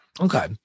Okay